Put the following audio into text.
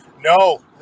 No